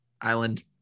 island